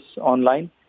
online